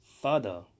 father